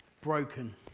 broken